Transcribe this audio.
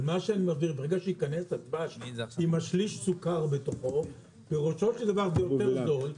ברגע שייכנס הדבש עם השליש סוכר בתוכו שגם יהיה יותר זול,